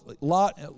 Lot